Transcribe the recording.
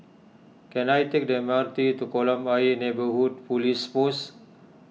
can I take the M R T to Kolam Ayer Neighbourhood Police Post